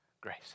grace